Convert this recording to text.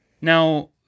Now